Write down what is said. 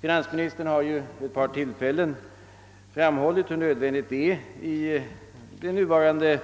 Finansministern har ju vid ett par tillfällen framhållit hur nödvändigt detta är i det